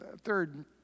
third